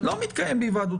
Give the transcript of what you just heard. שכמו שאמרה פה קודם נציגת הנהלת